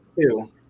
two